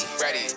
ready